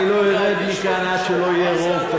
אני לא ארד מכאן עד שלא יהיה רוב,